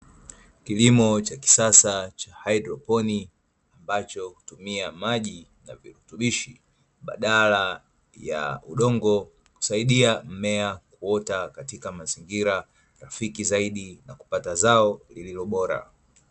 Kilimo cha kisasa cha haidroponi ambacho hutumia maji ya virutubishi badala ya udongo, husaidia mmea kuota katika mazingira rafiki zaidi na kupata zao lililobora.